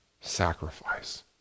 sacrifice